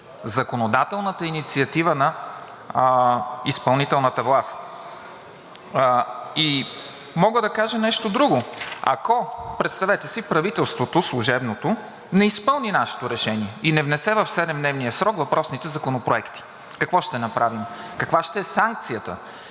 законодателната инициатива на изпълнителната власт. Мога да кажа нещо друго. Ако, представете си, служебното правителство не изпълни нашето решение и не внесе в седемдневния срок въпросните законопроекти, какво ще направим? Каква ще е санкцията?